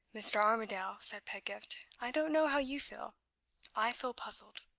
mr. armadale, said pedgift, i don't know how you feel i feel puzzled.